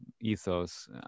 ethos